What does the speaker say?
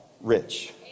rich